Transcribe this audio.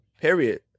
Period